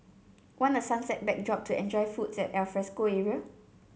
want a sunset backdrop to enjoy foods at alfresco area